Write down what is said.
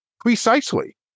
precisely